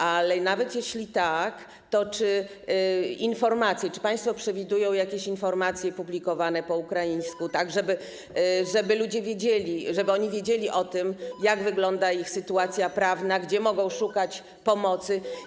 A nawet jeśli tak, to czy państwo przewidują jakieś informacje publikowane po ukraińsku, tak żeby ludzie wiedzieli, żeby oni wiedzieli o tym, jak wygląda ich sytuacja prawna, gdzie mogą szukać pomocy?